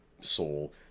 soul